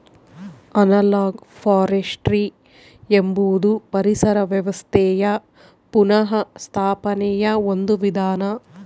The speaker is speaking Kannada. ಅನಲಾಗ್ ಫಾರೆಸ್ಟ್ರಿ ಎಂಬುದು ಪರಿಸರ ವ್ಯವಸ್ಥೆಯ ಪುನಃಸ್ಥಾಪನೆಯ ಒಂದು ವಿಧಾನ